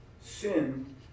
sin